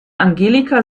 angelika